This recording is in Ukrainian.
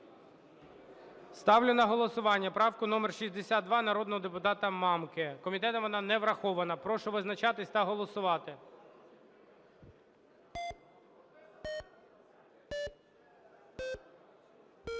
Ставлю на голосування правку номер 62, народного депутата Мамки. Комітетом вона не врахована. Прошу визначатись та голосувати.